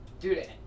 Dude